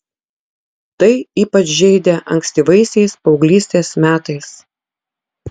tai ypač žeidė ankstyvaisiais paauglystės metais